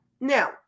now